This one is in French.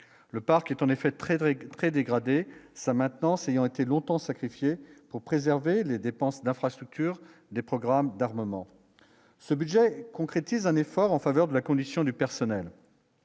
le parc est en effet très très très dégradé sa main. Ayant été longtemps sacrifié pour préserver les dépenses d'infrastructure, des programmes d'armement, ce budget concrétise un effort en faveur de la condition du personnel.